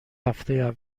هفته